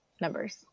numbers